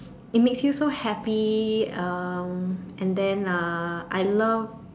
it makes you so happy um and then uh I love